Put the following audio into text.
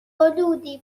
حدودی